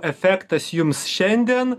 efektas jums šiandien